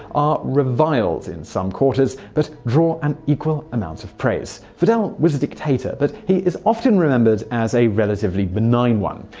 are reviled in some quarters, but draw an equal amount of praise. fidel was a dictator, but he is often remembered as a relatively benign one.